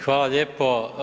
Hvala lijepo.